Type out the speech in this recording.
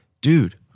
dude